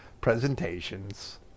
presentations